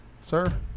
sir